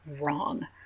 wrong